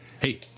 hey